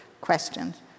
questions